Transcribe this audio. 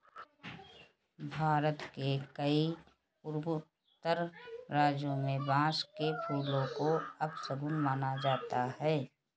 भारत के कई पूर्वोत्तर राज्यों में बांस के फूल को अपशगुन माना जाता है